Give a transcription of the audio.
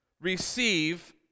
receive